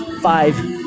Five